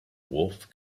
wolf